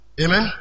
Amen